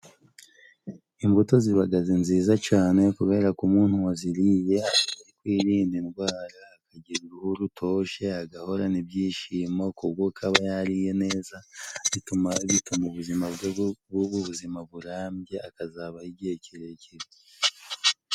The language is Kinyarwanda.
Imbuto zibahagaze nziza cyane, kubera ko kumuwa ziriye kwirinda indwara aka uruhu rutoje agaho n'ibyishimo, kuko kaba yariye neza bitumatuma mu buzima bwe bw'ubu buzima burambye, akazaba igihe kirekire.